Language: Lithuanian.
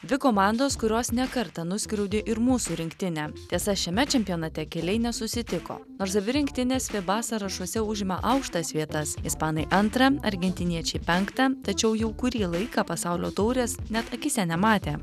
dvi komandos kurios ne kartą nuskriaudė ir mūsų rinktinę tiesa šiame čempionate keliai nesusitiko nors abi rinktinės fiba sąrašuose užima aukštas vietas ispanai antrą argentiniečiai penktą tačiau jau kurį laiką pasaulio taurės net akyse nematė